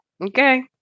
Okay